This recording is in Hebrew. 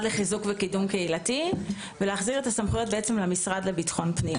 לחיזוק ולקידום קהילתי למשרד לביטחון פנים.